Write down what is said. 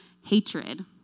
hatred